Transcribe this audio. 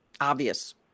obvious